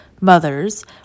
mothers